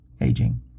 aging